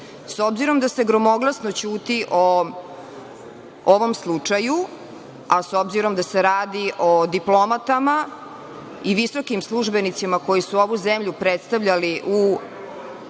S obzirom da se gromoglasno ćuti o ovom slučaju, a s obzirom da se radi o diplomatama i visokim službenicima koji su ovu zemlju predstavljali u